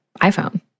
iPhone